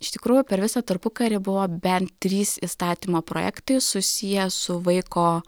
iš tikrųjų per visą tarpukarį buvo bent trys įstatymo projektai susiję su vaiko